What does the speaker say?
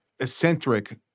eccentric